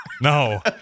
no